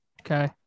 Okay